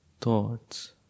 thoughts